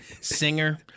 Singer